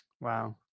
wow